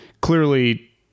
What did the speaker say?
clearly